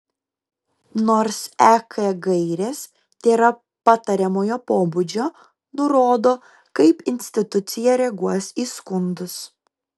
nors ek gairės tėra patariamojo pobūdžio nurodo kaip institucija reaguos į skundus